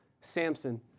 Samson